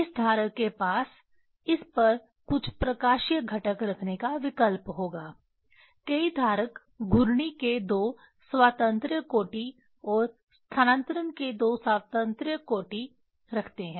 इस धारक के पास इस पर कुछ प्रकाशीय घटक रखने का विकल्प होगा कई धारक घूर्णी के दो स्वातंत्र्य कोटि और स्थानांतरण के दो स्वातंत्र्य कोटि रखते हैं